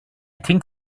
think